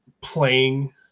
playing